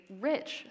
rich